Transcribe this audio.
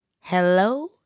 hello